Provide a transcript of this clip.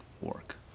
work